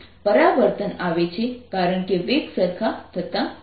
પરાવર્તન આવે છે કારણ કે વેગ સરખા થતા નથી